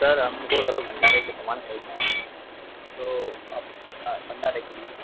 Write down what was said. sir हमको थोड़ा भंडारे के लिए सामान ख़रीदना है तो भंडारे के लिए